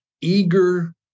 eager